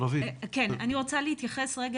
אני ציינתי שני נתונים